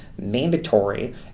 mandatory